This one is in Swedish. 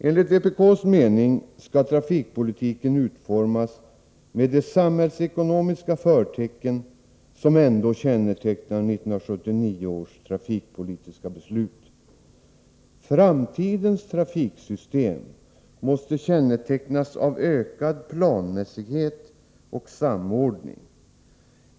Enligt vpk:s mening skall trafikpolitiken utformas med det samhällsekonomiska förtecken som kännetecknar 1979 års trafikpolitiska beslut. Framtidens trafiksystem måste kännetecknas av ökad planmässighet och samordning.